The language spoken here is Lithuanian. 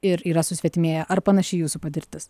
ir yra susvetimėję ar panaši jūsų patirtis